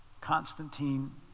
Constantine